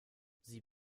sie